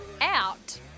Out